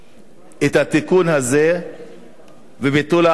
את התיקון הזה וביטול ההחרגה,